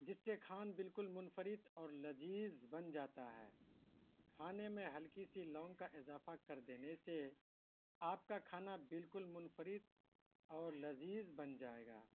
جس سے کھانا بالکل منفرد اور لذیذ بن جاتا ہے کھانے میں ہلکی سی لونگ کا اضافہ کر دینے سے آپ کا کھانا بالکل منفرد اور لذیذ بن جائے گا